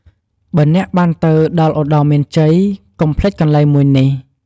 បើអ្នកបានទៅដល់ឧត្តរមានជ័យ កំុភ្លេចកន្លែងមួយនេះ។